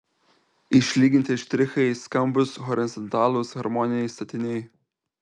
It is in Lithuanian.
išlyginti štrichai skambūs horizontalūs harmoniniai statiniai